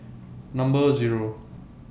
Number Zero